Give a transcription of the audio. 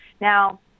Now